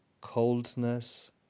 coldness